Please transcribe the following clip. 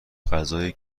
غذای